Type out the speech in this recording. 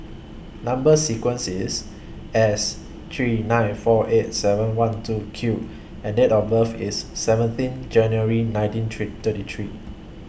Number sequence IS S three nine four eight seven one two Q and Date of birth IS seventeen January nineteen three thirty three